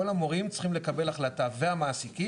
כל המורים צריכים לקבל החלטה והמעסיקים,